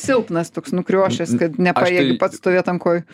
silpnas toks nukriošęs kad nepajėgi pats stovėt ant kojų